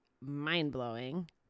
mind-blowing